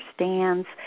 understands